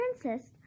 princess